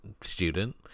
student